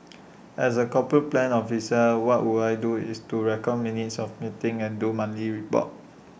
as A corporate plans officer what would I do is to record minutes of meetings and do monthly reports